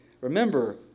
Remember